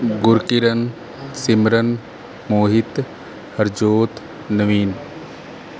Gurkiran Simran Mohit Harjot Naveen